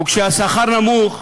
וכשהשכר נמוך,